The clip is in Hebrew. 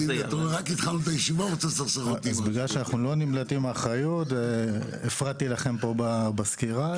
בגלל שאנחנו לא נמלטים מאחריות אני הפרעתי לכם פה בסקירה.